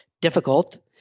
difficult